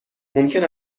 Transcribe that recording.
ممکن